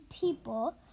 people